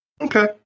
Okay